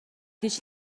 هیچ